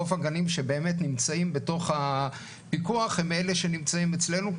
רוב הגנים שבאמת נמצאים בתוך הפיקוח הם אלה שנמצאים אצלנו,